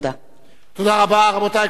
לקריאה ראשונה,